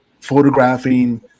photographing